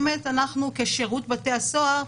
אנחנו כשירות בתי הסוהר,